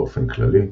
באופן כללי,